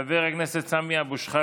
חבר הכנסת עופר כסיף,